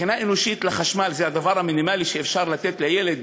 כי מבחינה אנושית זה הדבר המינימלי שאפשר לתת לילד,